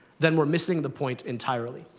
then we're missing the point entirely.